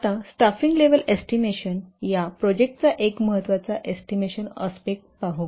आता staffing level estimation या प्रोजेक्टचा एक महत्त्वाचा एस्टिमेशन आस्पेक्ट पाहू